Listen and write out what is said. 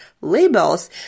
labels